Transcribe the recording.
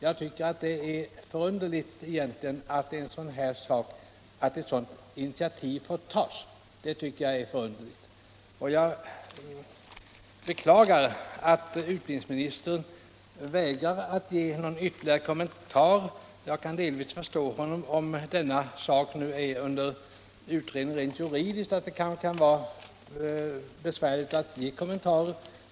Jag tycker det är förunderligt att ett sådant här initiativ får tas. Jag beklagar att utbildningsministern inte vill göra några ytterligare kommentarer, men jag kan delvis förstå honom om frågan är under ut redning rent juridiskt. Då kan det vara svårt att kommentera den.